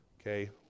Okay